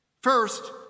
First